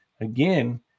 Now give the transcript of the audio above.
again